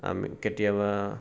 আমি কেতিয়াবা